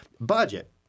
Budget